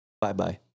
bye-bye